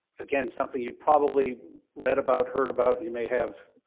again, something you've probably read about, heard about, you may have.